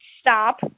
stop